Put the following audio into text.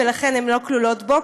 הן לא כלולות בו,